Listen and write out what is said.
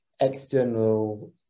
external